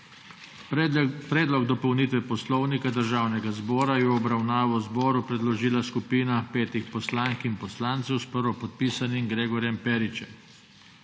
Predlog dopolnitve Poslovnika Državnega zbora je v obravnavo zboru predložila skupina petih poslank in poslancev s prvopodpisanim Gregorjem Peričem.